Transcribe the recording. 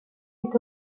est